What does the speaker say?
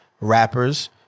rappers